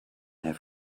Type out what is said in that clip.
have